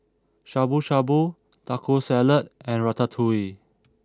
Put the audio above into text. Shabu Shabu Taco Salad and Ratatouille